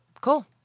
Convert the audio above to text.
cool